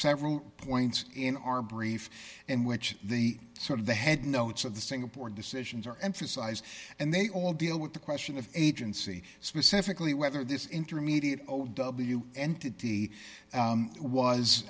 several points in our brief and which the sort of the head notes of the singapore decisions are emphasized and they all deal with the question of agency specifically whether this intermediate o w entity